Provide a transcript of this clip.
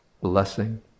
blessing